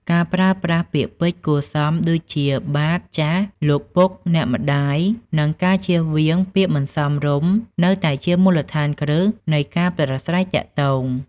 ការប្រើប្រាស់ ពាក្យពេចន៍គួរសម ដូចជា "បាទ/ចាស៎", "លោកពុក/អ្នកម្ដាយ" និងការជៀសវាងពាក្យមិនសមរម្យនៅតែជា មូលដ្ឋានគ្រឹះ នៃការប្រាស្រ័យទាក់ទង។